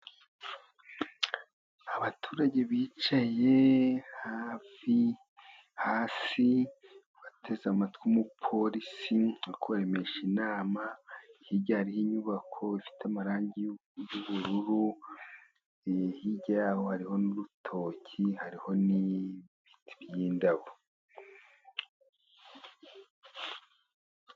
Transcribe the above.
Abaturage bicaye hasi, bateze amatwi umupolisi uri kubaremesha inama, hirya hariho inyubako ifite amarangi y'ubururu, hirya yaho hariho n'urutoki, hariho n'ibiti by'indabo.